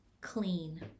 clean